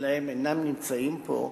שלהם אינם נמצאים פה,